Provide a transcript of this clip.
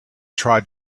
tried